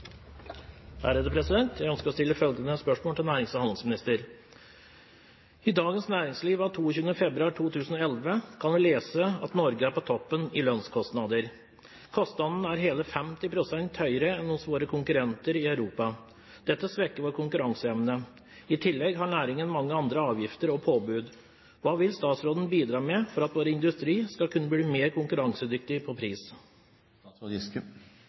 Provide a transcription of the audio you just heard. til nærings- og handelsministeren: «I Dagens Næringsliv av 22. februar 2011 kan vi lese at Norge er på toppen i lønnskostnader. Kostnadene er hele 50 prosent høyere enn hos våre konkurrenter i Europa. Dette svekker vår konkurranseevne. I tillegg har næringen mange andre avgifter og påbud. Hva vil statsråden bidra med for at vår industri skal kunne bli mer konkurransedyktig på pris?»